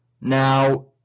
Now